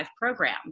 program